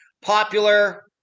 popular